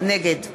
נגד